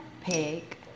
pig